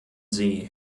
sie